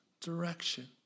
direction